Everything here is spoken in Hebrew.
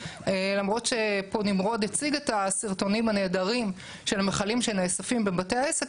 למרות שפה נמרוד הציג את הסרטונים הנהדרים של המכלים שנאספים בבתי העסק,